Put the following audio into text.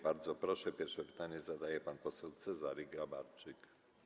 Bardzo proszę, pierwsze pytanie zadaje pan poseł Cezary Grabarczyk.